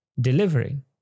delivering